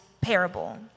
parable